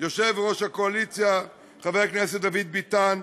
יושב-ראש הקואליציה חבר הכנסת דוד ביטן,